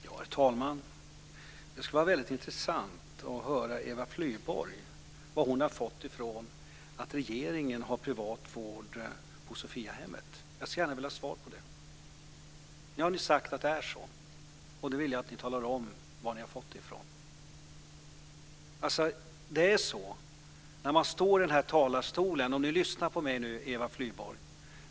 Herr talman! Det skulle vara väldigt intressant att höra Eva Flyborg berätta varifrån hon har fått uppgiften att regeringen skulle få privat vård på Sophiahemmet. Jag skulle gärna vilja ha ett svar på det. Nu har ni sagt att det är så. Nu vill jag att ni talar om var ni har fått den uppgiften ifrån. Lyssna på mig nu, Eva Flyborg!